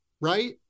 right